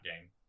game